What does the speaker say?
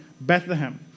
Bethlehem